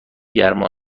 گرما